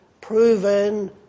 proven